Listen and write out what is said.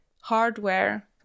hardware